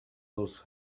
these